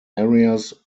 areas